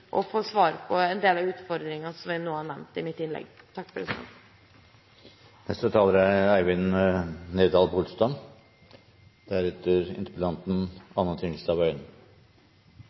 å få svar på en del av de utfordringene som jeg nå har nevnt i mitt innlegg.